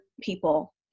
people